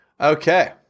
Okay